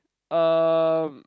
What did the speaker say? um